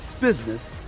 business